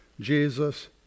Jesus